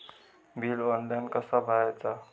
Bill online कसा भरायचा?